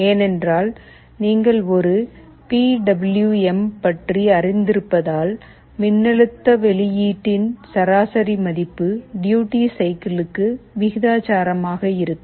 ஏனென்றால் நீங்கள் ஒரு பி டபிள்யு எம் பற்றி அறிந்திருப்பதால் மின்னழுத்த வெளியீட்டின் சராசரி மதிப்பு டியூட்டி சைக்கிள்க்கு விகிதாசாரமாக இருக்கும்